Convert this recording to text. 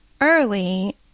early